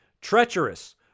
treacherous